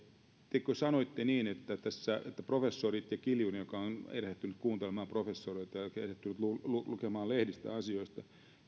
tekö sanoitte niin että kiljunen on erehtynyt kuuntelemaan professoreita ja erehtynyt lukemaan lehdistä asioista